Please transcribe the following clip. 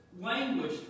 language